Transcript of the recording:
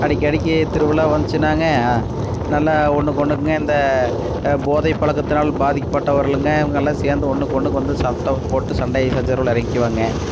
அடிக்கடிக்கு திருவிழா வந்துச்சுனாங்க நல்லா ஒன்றுக்கு ஒன்றுக்குங்க இந்த போதை பழக்கத்தினால் பாதிக்கப்பட்டவர்கள்ங்க இவங்க எல்லாம் சேர்ந்து ஒன்றுக்கு ஒன்றுக்கு வந்து சத்தம் போட்டு சண்டை சச்சரவில் இறங்கிக்குவாங்க